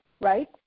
right